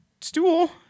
stool